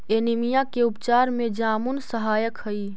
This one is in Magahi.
एनीमिया के उपचार में जामुन सहायक हई